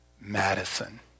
Madison